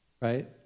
right